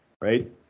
right